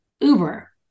Uber